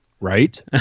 Right